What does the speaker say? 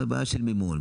אלא בעיה של מימון.